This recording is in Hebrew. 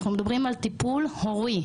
אנחנו מדברים על טיפול הורי.